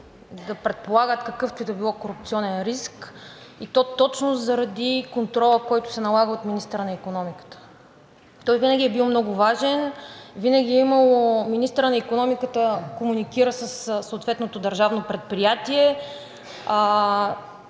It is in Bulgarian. да предполагат какъвто и да било корупционен риск, и то точно заради контрола, който се налага от министъра на икономиката. Той винаги е бил много важен. Винаги министърът на икономиката комуникира със съответното държавно предприятие